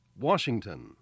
Washington